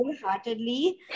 wholeheartedly